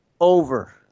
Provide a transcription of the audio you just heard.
Over